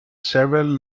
several